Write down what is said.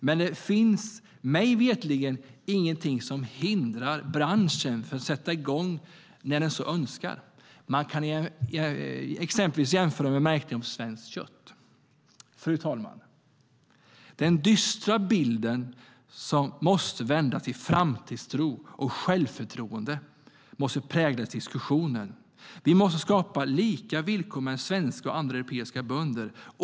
Men det finns mig veterligen ingenting som hindrar branschen från att sätta igång när den så önskar. Man kan exempelvis jämföra med märkningen Svenskt kött. Fru talman! Den dystra bilden måste vändas till framtidstro, och självförtroende måste prägla diskussionen. Vi måste skapa lika villkor mellan svenska och andra europeiska bönder.